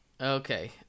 okay